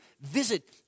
visit